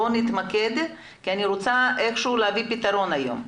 בואו נתמקד כי אני רוצה איך שהוא להביא פתרון היום.